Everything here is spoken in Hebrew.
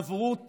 עברו תלאות,